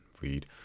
read